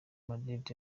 madrid